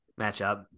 matchup